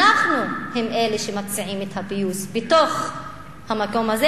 אנחנו אלה שמציעים את הפיוס בתוך המקום הזה,